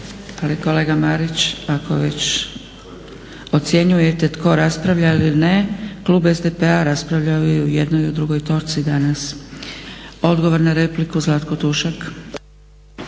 Kolega Marić, ako već ocjenjujete tko raspravlja ili ne klub SDP-a raspravljao je i u jednoj i u drugoj točci danas. Odgovor na repliku Zlatko Tušak.